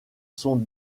sont